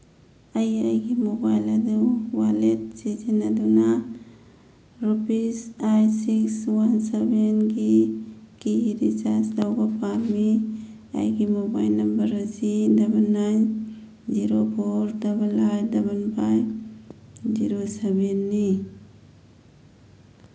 ꯑꯩ ꯑꯩꯒꯤ ꯃꯣꯕꯥꯏꯜ ꯑꯗꯨ ꯋꯥꯂꯦꯠ ꯁꯤꯖꯤꯟꯅꯗꯨꯅ ꯔꯨꯄꯤꯁ ꯑꯥꯏꯠ ꯁꯤꯛꯁ ꯋꯥꯟ ꯁꯚꯦꯟꯒꯤꯀꯤ ꯔꯤꯆꯥꯔꯖ ꯇꯧꯕ ꯄꯥꯝꯃꯤ ꯑꯩꯒꯤ ꯃꯣꯕꯥꯏꯜ ꯅꯝꯕꯔ ꯑꯁꯤ double nine zero four double eight double five zero ꯁꯚꯦꯟꯅꯤ